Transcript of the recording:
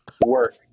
Work